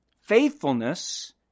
Faithfulness